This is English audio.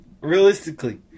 realistically